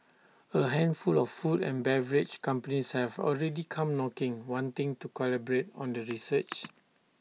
A handful of food and beverage companies have already come knocking wanting to collaborate on the research